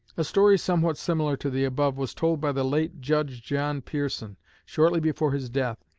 a story somewhat similar to the above was told by the late judge john pearson shortly before his death.